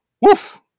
woof